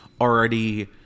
already